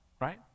right